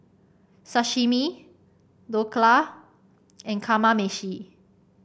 Sashimi Dhokla and Kamameshi